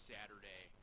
Saturday